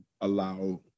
allow